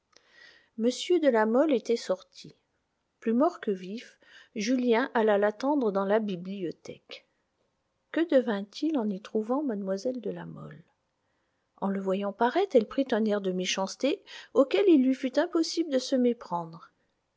m de la mole était sorti plus mort que vif julien alla l'attendre dans la bibliothèque que devint-il en y trouvant mlle de la mole en le voyant paraître elle prit un air de méchanceté auquel il lui fut impossible de se méprendre